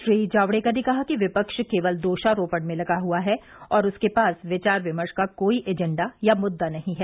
श्री जावड़ेकर ने कहा कि विपक्ष केवल दोषारोपण में लगा हुआ है और उसके पास विचार विमर्श का कोई एजेंडा या मुद्दा नहीं है